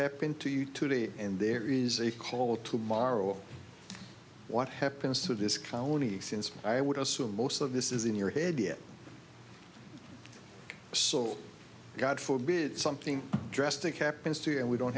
happen to you today and there is a call tomorrow what happens to this county since i would assume most of this is in your head yet so god forbid something drastic happens to you and we don't